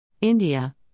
India